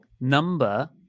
Number